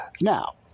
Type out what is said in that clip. Now